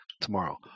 tomorrow